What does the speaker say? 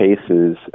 cases